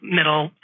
middle